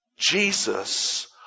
Jesus